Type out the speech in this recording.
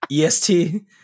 EST